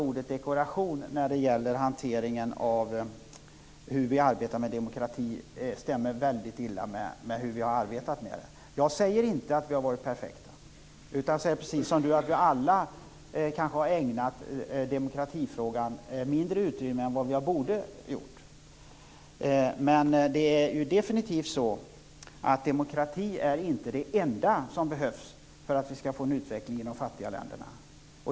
Ordet dekoration stämmer väldigt illa med hur vi har arbetat med demokratifrågan. Jag säger inte att vi har varit perfekta utan, precis som Biörsmark, att vi alla kanske har ägnat demokratifrågan mindre utrymme än vi borde ha gjort. Det är definitivt så att demokrati inte är det enda som behövs för att vi skall få en utveckling i de fattiga länderna.